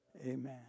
amen